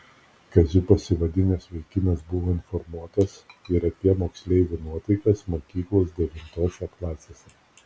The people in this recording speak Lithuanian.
kaziu pasivadinęs vaikinas buvo informuotas ir apie moksleivių nuotaikas mokyklos devintose klasėse